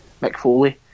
McFoley